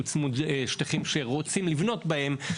הוא צמוד שטחים שרוצים לבנות בהם,